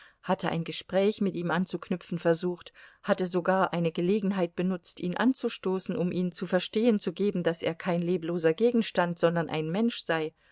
hatte ein gespräch mit ihm anzuknüpfen versucht hatte sogar eine gelegenheit benutzt ihn anzustoßen um ihm zu verstehen zu geben daß er kein lebloser gegenstand sondern ein mensch sei